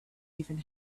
even